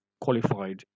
qualified